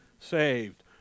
saved